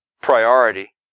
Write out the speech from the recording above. priority